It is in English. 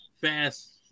fast